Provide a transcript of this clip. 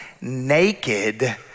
naked